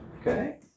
Okay